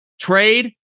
Trade